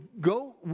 go